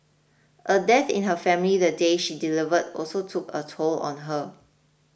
a death in her family the day she delivered also took a toll on her